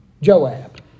Joab